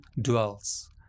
dwells